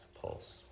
pulse